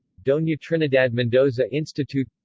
dona trinidad mendoza institute